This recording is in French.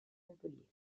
montpellier